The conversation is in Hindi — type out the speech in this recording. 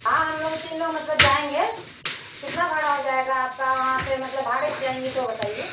हाँ हम लोग तीन लोग मतलब जाएँगे कितना भाड़ा हो जाएगा आपका वहाँ से मतलब भाड़े से जाएँगे तो बताइए